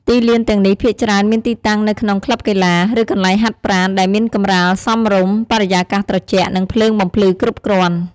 ទីលានទាំងនេះភាគច្រើនមានទីតាំងនៅក្នុងក្លឹបកីឡា ឬកន្លែងហាត់ប្រាណ ដែលមានកម្រាលសមរម្យ បរិយាកាសត្រជាក់ និងភ្លើងបំភ្លឺគ្រប់គ្រាន់។